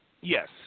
Yes